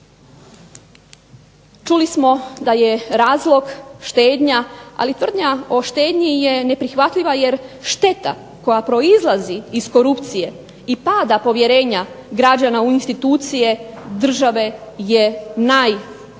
Čuli smo da je razlog štednja, ali tvrdnja o štednji je neprihvatljiva, jer šteta koja proizlazi iz korupcije i pada povjerenja građana u institucije države je najskuplji,